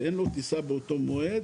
שאין לו טיסה חזרה באותו מועד,